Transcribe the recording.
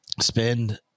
spend